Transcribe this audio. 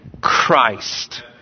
Christ